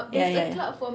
yeah yeah yeah